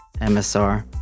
MSR